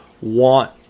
want